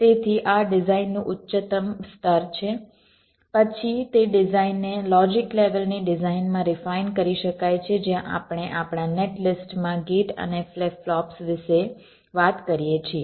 તેથી આ ડિઝાઇનનું ઉચ્ચતમ સ્તર છે પછી તે ડિઝાઇનને લોજિક લેવલ ની ડિઝાઇનમાં રિફાઇન કરી શકાય છે જ્યાં આપણે આપણાં નેટલિસ્ટમાં ગેટ અને ફ્લિપ ફ્લોપ્સ વિશે વાત કરીએ છીએ